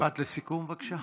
משפט לסיכום, בבקשה.